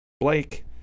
Blake